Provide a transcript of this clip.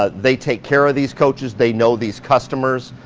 ah they take care of these coaches. they know these customers,